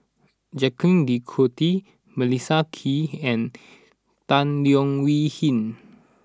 Jacques De Coutre Melissa Kwee and Tan Leo Wee Hin